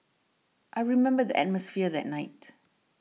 I remember the atmosphere that night